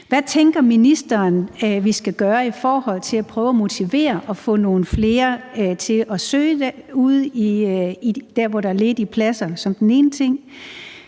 Hvad tænker ministeren vi skal gøre i forhold til at prøve at motivere nogen og få nogle flere til at søge der, hvor der er ledige pladser.